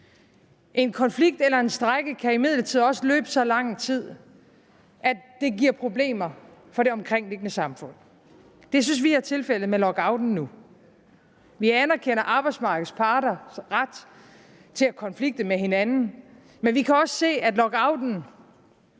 En konflikt eller en strejke kan imidlertid også løbe så lang tid, at det giver problemer for det omkringliggende samfund. Det synes vi er tilfældet med lockouten nu. Vi anerkender arbejdsmarkedets parters ret til at konflikte med hinanden, men vi kan også se, at lockouten